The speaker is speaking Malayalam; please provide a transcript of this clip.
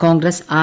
കോൺഗ്രസ് ആർ